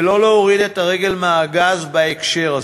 ולא להוריד את הרגל מהגז בהקשר הזה,